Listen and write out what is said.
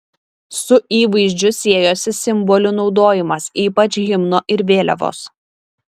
su įvaizdžiu siejosi simbolių naudojimas ypač himno ir vėliavos